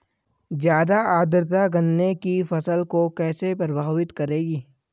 ज़्यादा आर्द्रता गन्ने की फसल को कैसे प्रभावित करेगी?